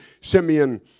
Simeon